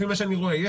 לפי מה שאני רואה,